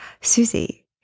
Susie